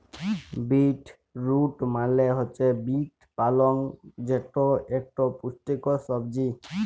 beet root মালে হছে beet পালং যেট ইকট পুষ্টিকর সবজি